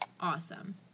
Awesome